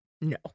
No